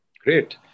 Great